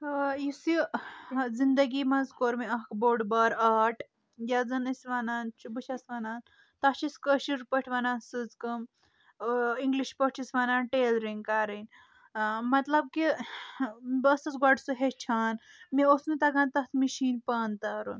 آ یُس یہِ زنٛدگی منٛز کوٚر مےٚ اکھ بوٚڑ بارٕ آٹ یتھ زن أسۍ ونان چھِ بہٕ چھس وَنان تتھ چھِ أسۍ کٲشر پٲٹھۍ ونان سٕژٕ کٲم اۭں انگلِش پٲٹھۍ چھِس ونان ٹیلرنگ کرٕنۍ مطلب کہِ بہٕ ٲسس گۄڈٕ سُہ ہیچھان مےٚ اوس نہِ تگان تتھ مِشیٖنہِ پن تارُن